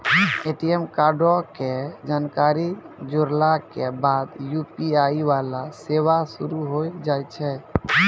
ATM कार्डो के जानकारी जोड़ला के बाद यू.पी.आई वाला सेवा शुरू होय जाय छै